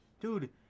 dude